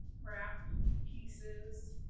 wrap pieces